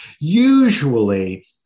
Usually